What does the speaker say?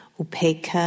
opaque